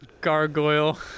gargoyle